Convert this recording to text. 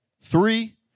three